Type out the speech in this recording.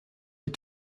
est